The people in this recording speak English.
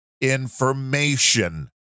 information